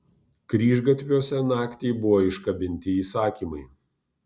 kryžgatviuose naktį buvo iškabinti įsakymai